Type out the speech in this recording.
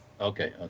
okay